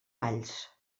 valls